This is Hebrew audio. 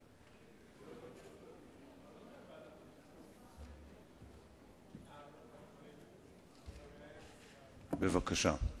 בבקשה.